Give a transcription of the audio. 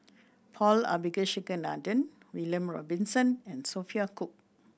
Paul Abisheganaden William Robinson and Sophia Cooke